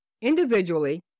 individually